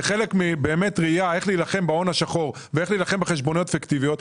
כחלק מראייה איך להילחם בהון השחור ואיך להילחם בחשבוניות הפיקטיביות,